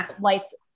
lights